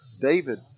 David